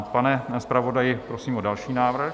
Pane zpravodaji, prosím o další návrh.